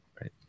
Right